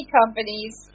companies